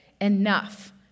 enough